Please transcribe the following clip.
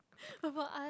about us